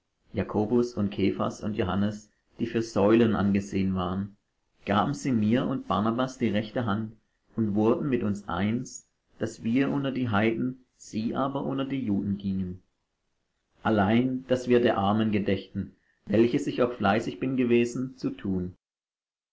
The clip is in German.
jakobus und kephas und johannes die für säulen angesehen waren gaben sie mir und barnabas die rechte hand und wurden mit uns eins daß wir unter die heiden sie aber unter die juden gingen allein daß wir der armen gedächten welches ich auch fleißig bin gewesen zu tun